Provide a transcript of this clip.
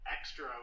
extra